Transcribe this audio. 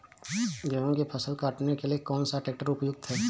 गेहूँ की फसल काटने के लिए कौन सा ट्रैक्टर उपयुक्त है?